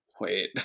Wait